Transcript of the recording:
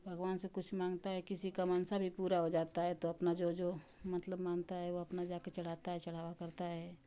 भगवान सब कुछ मानता है किसी का मानसा भी पूरा हो जाता है तो अपना जो जो मतलब मानता है वह अपना जा के चढ़ाता है चढ़ावा करता है